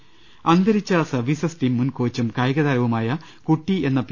ദൃഭട അന്തരിച്ച Services team മുൻ കോച്ചും കായികതാരവുമായ കുട്ടി എന്ന പി